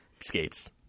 skates